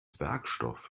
werkstoff